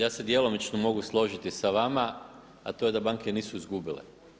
Ja se djelomično mogu složiti sa vama a to je da banke nisu izgubile.